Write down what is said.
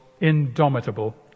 indomitable